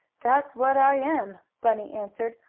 that's what i am! bunny answered.